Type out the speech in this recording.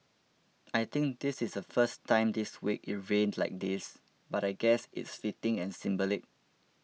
I think this is the first time this week it rained like this but I guess it's fitting and symbolic